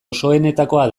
osoenetakoa